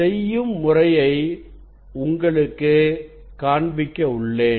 செய்யும் முறையை உங்களுக்கு காண்பிக்கவுள்ளேன்